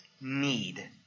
need